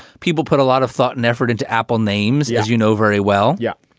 people put a lot of thought and effort into apple names, as you know very well. yeah,